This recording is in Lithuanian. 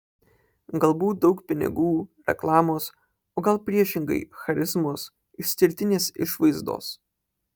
galbūt daug pinigų reklamos o gal priešingai charizmos išskirtinės išvaizdos